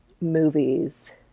movies